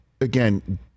again